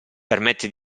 permette